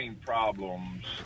problems